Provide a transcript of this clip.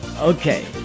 Okay